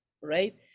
right